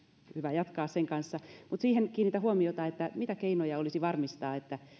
hyvä jatkaa sen kanssa mutta kiinnitän huomiota siihen mitä keinoja olisi varmistaa se että